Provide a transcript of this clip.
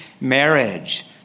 marriage